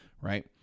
right